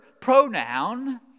pronoun